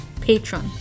Patron